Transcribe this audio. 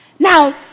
Now